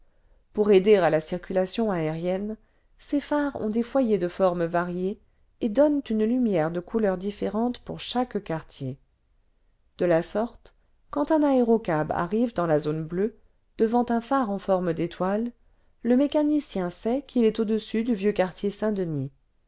pour aider à la circulation aérienne ces phares ont des foyers de formes variées et donnent une'lumière de couleur différente pour chaque quartier de la sorte quand un aérocàb arrive dans la zone bleue devant un phare en forme d'étoile le mécanicien sait qu'il est au-dessus du vieux quartier saint-denis